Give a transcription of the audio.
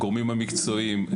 הגורמים המקצועיים,